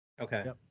Okay